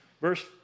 Verse